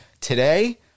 Today